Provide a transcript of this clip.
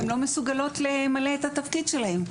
הן לא מסוגלות למלא את התפקיד שלהן,